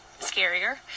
scarier